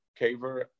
caver